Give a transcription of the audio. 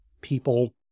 people